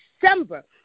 December